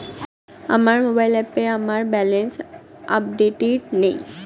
আমার মোবাইল অ্যাপে আমার ব্যালেন্স আপডেটেড নেই